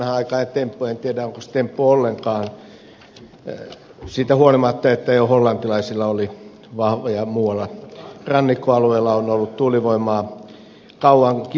en tiedä onko se temppu ollenkaan siitä huolimatta että jo hollantilaisilla oli ja muualla rannikkoalueilla on ollut tuulivoimaa kauankin